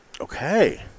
Okay